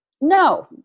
No